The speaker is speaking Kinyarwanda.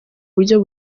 buryo